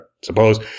suppose